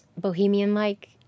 bohemian-like